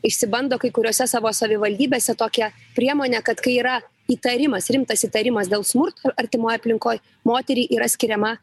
išsibando kai kuriose savo savivaldybėse tokią priemonė kad kai yra įtarimas rimtas įtarimas dėl smurt artimoj aplinkoj moteriai yra skiriama